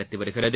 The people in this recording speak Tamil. நடத்தி வருகிறது